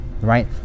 Right